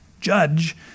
judge